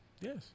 Yes